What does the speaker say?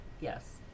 Yes